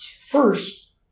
First